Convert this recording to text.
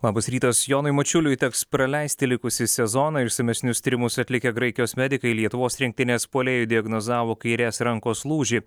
labas rytas jonui mačiuliui teks praleisti likusį sezoną išsamesnius tyrimus atlikę graikijos medikai lietuvos rinktinės puolėjui diagnozavo kairės rankos lūžį